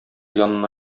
янына